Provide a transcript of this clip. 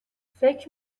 فکر